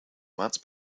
months